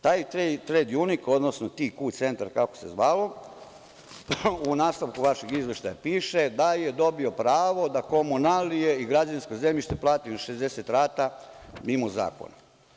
Taj „Trejd junik“, odnosno TKU centar kako se zvao, u nastavku vašeg izveštaja piše da je dobio pravo da komunalije i građevinsko zemljište plati na 60 rata, mimo zakona.